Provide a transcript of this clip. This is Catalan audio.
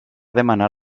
demanar